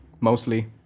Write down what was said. Mostly